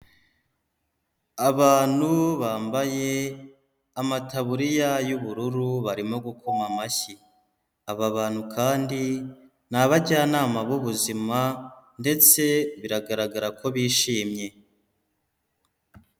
Abantu bambaye amataburiya y'ubururu barimo gukoma amashyi, aba bantu kandi ni abajyanama b'ubuzima ndetse biragaragara ko bishimye.